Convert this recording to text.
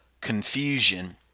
confusion